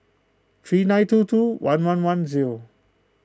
three nine two two one one one zero